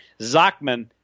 Zachman